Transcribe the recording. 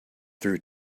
through